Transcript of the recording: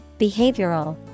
behavioral